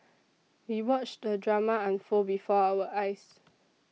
we watched the drama unfold before our eyes